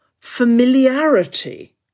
familiarity